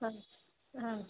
ಹಾಂ ಹ್ಞೂನ್ ರೀ